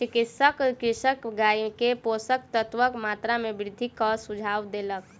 चिकित्सक कृषकक गाय के पोषक तत्वक मात्रा में वृद्धि के सुझाव देलक